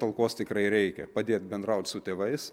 talkos tikrai reikia padėt bendraut su tėvais